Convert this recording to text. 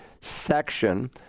section